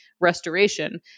restoration